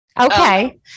Okay